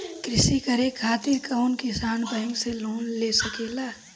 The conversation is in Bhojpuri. कृषी करे खातिर कउन किसान बैंक से लोन ले सकेला?